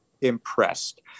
impressed